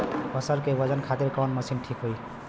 फसल के वजन खातिर कवन मशीन ठीक होखि?